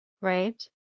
Right